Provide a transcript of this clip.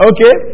Okay